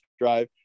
drive